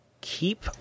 keep